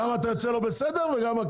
גם אתה יוצא לא בסדר וגם,